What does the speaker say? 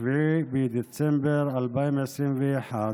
7 בדצמבר 2021,